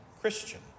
Christian